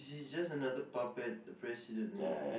he's just another puppet the president